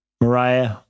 Mariah